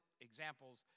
examples